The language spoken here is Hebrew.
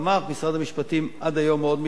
משרד המשפטים עד היום מאוד מתנגד,